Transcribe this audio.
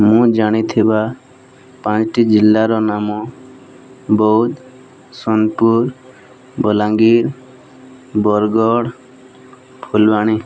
ମୁଁ ଜାଣିଥିବା ପାଞ୍ଚ୍ ଟି ଜିଲ୍ଲାର ନାମ ବୌଦ୍ଧ ସୋନପୁର ବଲାଙ୍ଗୀର ବରଗଡ଼ ଫୁଲବାଣୀ